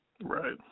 Right